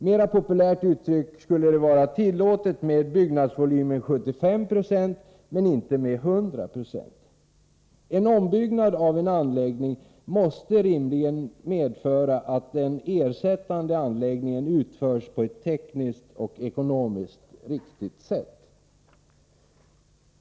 Mera populärt uttryckt skulle det vara tillåtet med byggnadsvolymen 75 96 men inte med 100 26. En ombyggnad av en anläggning måste rimligen medföra att den ersättande anläggningen utförs på ett tekniskt och ekonomiskt riktigt sätt.